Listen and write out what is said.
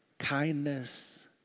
kindness